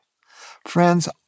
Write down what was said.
Friends